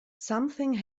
something